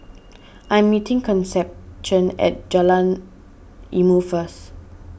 I'm meeting Concepcion at Jalan Ilmu first